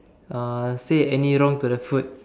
uh say any wrong to the food